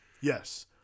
yes